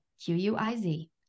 Q-U-I-Z